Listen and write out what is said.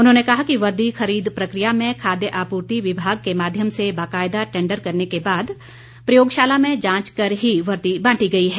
उन्होंने कहा कि वर्दी खरीद प्रक्रिया में खाद्य आपूर्ति विभाग के माध्यम से बाकायदा टेंडर करने के बाद प्रयोगशाला में जांच कर ही वर्दी बांटी गई हैं